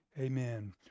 Amen